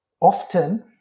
often